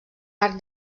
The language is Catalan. arc